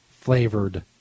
flavored